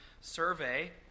survey